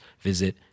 visit